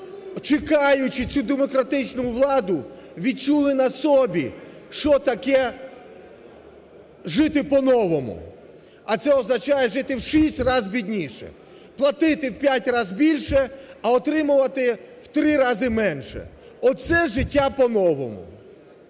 чекаючи цю демократичну владу, відчули на собі, що таке "жити по-новому". А це означає: жити в 6 раз бідніше; платити в 5 раз більше, а отримувати в 3 рази менше – оце життя по-новому.